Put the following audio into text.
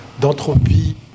d'entropie